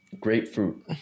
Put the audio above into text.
Grapefruit